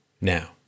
now